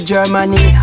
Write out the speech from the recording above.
Germany